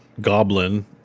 goblin